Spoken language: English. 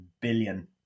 billion